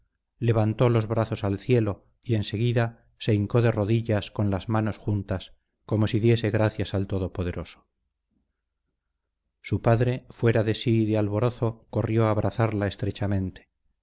levantó los brazos al cielo y enseguida se hincó de rodillas con las manos juntas como si diese gracias al todopoderoso su padre fuera de sí de alborozo corrió a abrazarla estrechamente